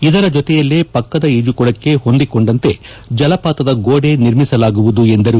ಇದರ ಜೊತೆಯಲ್ಲೇ ಪಕ್ಕದ ಈಜುಕೊಳಕ್ಕೆ ಹೊಂದಿಕೊಂಡಂತೆ ಜಲಪಾತದ ಗೋಡೆ ನಿರ್ಮಿಸಲಾಗುವುದು ಎಂದರು